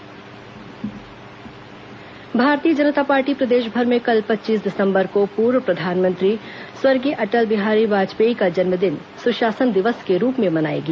सुशासन दिवस भारतीय जनता पार्टी प्रदेशभर में कल पच्चीस दिसंबर को पूर्व प्रधानमंत्री स्वर्गीय अटल बिहारी वाजपेयी का जन्मदिन सुशासन दिवस के रूप में मनाएगी